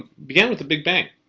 began with the big bang.